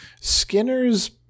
Skinner's